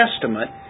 Testament